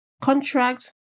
contract